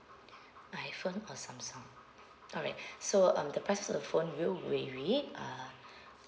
iphone or samsung alright so um the price of the phone will vary uh